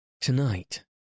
Tonight